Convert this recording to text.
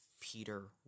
Peter